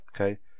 okay